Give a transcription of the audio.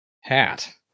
hat